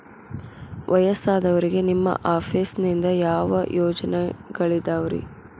ವಯಸ್ಸಾದವರಿಗೆ ನಿಮ್ಮ ಆಫೇಸ್ ನಿಂದ ಯಾವ ಯೋಜನೆಗಳಿದಾವ್ರಿ?